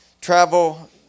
travel